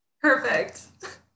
perfect